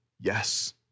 yes